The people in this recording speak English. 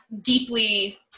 deeply